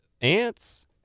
Ants